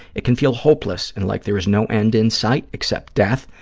it can feel hopeless and like there is no end in sight except death,